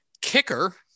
Kicker